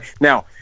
Now